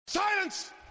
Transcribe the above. Silence